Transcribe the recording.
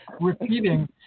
repeating